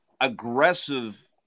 aggressive